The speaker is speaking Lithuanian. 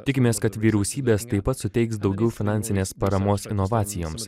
tikimės kad vyriausybės taip pat suteiks daugiau finansinės paramos inovacijoms